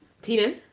Tina